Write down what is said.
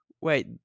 Wait